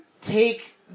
take